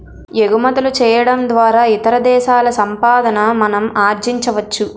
ఎగుమతులు చేయడం ద్వారా ఇతర దేశాల సంపాదన మనం ఆర్జించవచ్చు